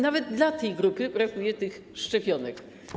Nawet dla tej grupy brakuje tych szczepionek.